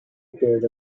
appears